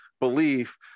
belief